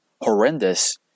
horrendous